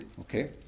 Okay